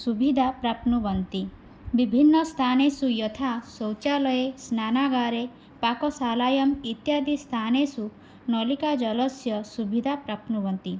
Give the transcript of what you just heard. सुविधा प्राप्नुवन्ति विभिन्नस्थानेषु यथा शौचालये स्नानागारे पाकशालायाम् इत्यादि स्थानेषु नलिकाजलस्य सुविधा प्राप्नुवन्ति